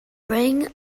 bring